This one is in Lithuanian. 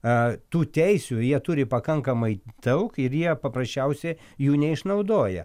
a tų teisių jie turi pakankamai daug ir jie paprasčiausiai jų neišnaudoja